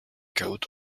coat